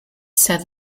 said